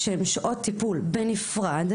שהן שעות טיפול בנפרד,